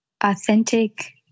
authentic